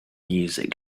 music